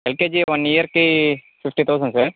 LKG one ఇయర్కి fifty thousand sir